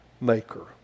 Maker